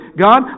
God